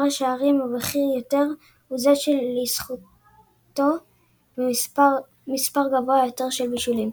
השערים הבכיר יותר הוא זה שלזכותו מספר גבוה יותר של בישולים.